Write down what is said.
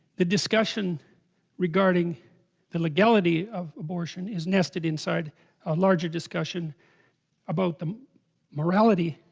the discussion regarding the legality of abortion is nested inside a larger discussion about the morality